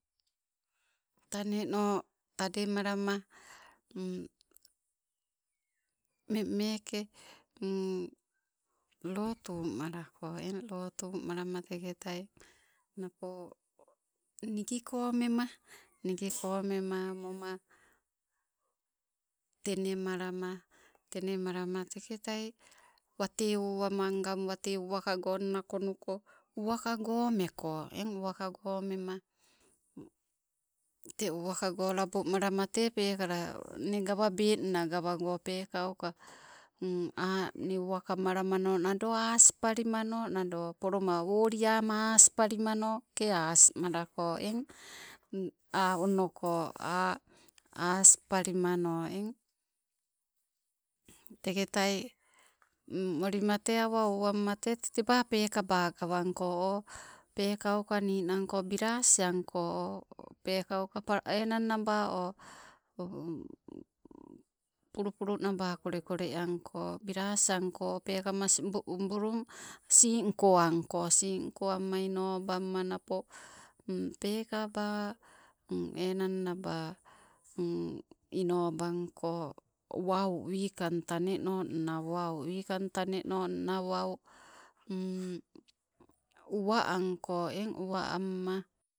Taneno tademalama mmeng meeke lotu malako eng, lotu malama teketai napo nigiko mema, nigiko mema moma. Tenemalama, tenmalama teketai watee owama ngang watee uwaka gonna konoko, uwaka go meko eng uwakagfo mema, tee uwakago labomalama tee pekala nne gawabenna gawago pekauka a' nii uwakamalamano nado aspalimano nado oloma woli ama aspalimanoke asmalako. Eng ah onoko, ah aspalimano. Teke tai molima te awa owamma tee tete teba gawanko o pekauka ninangko bilasi anko, pekauka pa, enang naba o, pulu pulu naba kole kole anko, bilas anko peekamas, bu brun, singko anko, singko amma ino bamma napa peekaba enang naba inobangko wau wikang taneno ninang wau, wikang taneno nna wau. Uwa anko eng uwa amma